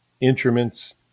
Instruments